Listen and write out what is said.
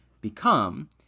become